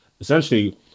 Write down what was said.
Essentially